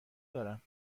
دارم